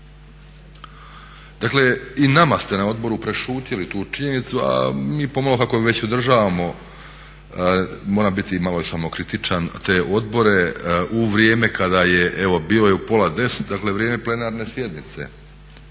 Dakle i nama ste na odboru prešutjeli tu činjenicu a mi pomalo kako već održavamo moram biti malo i samokritičan te odbore u vrijeme kada je, evo bio je u pola 10, dakle vrijeme plenarne sjednice,